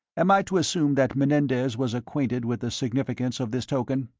am i to assume that menendez was acquainted with the significance of this token?